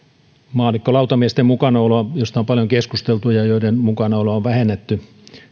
maallikkolautamiesten mukanaoloa josta on paljon keskusteltu ja joiden mukanaoloa on vähennetty